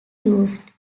used